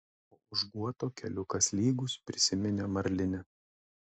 o už guoto keliukas lygus prisiminė marlinė